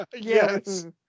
Yes